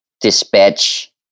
dispatch